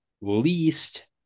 Least